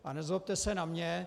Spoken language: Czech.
A nezlobte se na mě...